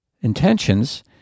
intentions